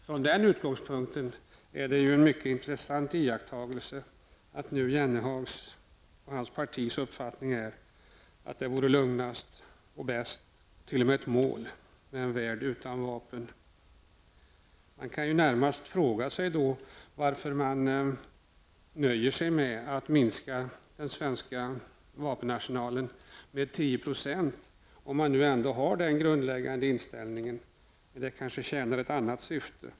Från den utgångspunkten är det en mycket intressant iakttagelse att Jan Jennehags och hans partis uppfattning nu är att det vore lugnast och bäst, t.o.m. ett mål, med en värld utan vapen. Man kan närmast fråga sig varför vänsterpartiet nöjer sig med att minska den svenska vapenarsenalen med 10 %, om man ändå har den grundläggande inställningen. Men det kanske tjänar ett annat syfte.